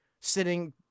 sitting